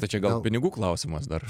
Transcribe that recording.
tai čia gal pinigų klausimas dar